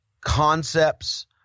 concepts